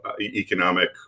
economic